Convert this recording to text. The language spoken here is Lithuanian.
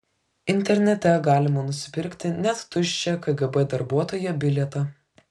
internete galima nusipirkti net tuščią kgb darbuotojo bilietą